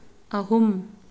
ꯑꯍꯨꯝ